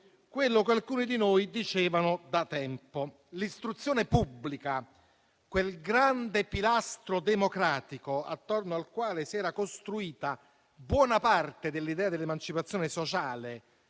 quello che alcuni di noi dicevano da tempo: l'istruzione pubblica, quel grande pilastro democratico attorno al quale si era costruita buona parte dell'idea dell'emancipazione sociale,